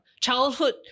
childhood